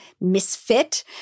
misfit